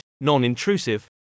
non-intrusive